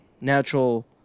natural